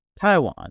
Taiwan